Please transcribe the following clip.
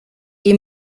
est